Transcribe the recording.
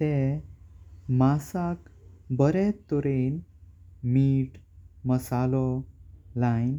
तें माशाक बाऱे तर हें मीत मासलो लयण